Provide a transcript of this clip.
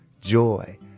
joy